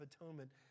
atonement